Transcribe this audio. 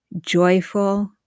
joyful